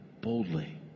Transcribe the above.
boldly